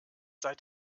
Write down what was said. seit